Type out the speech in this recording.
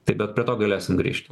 taip bet prie to galėsim grįžt